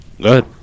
Good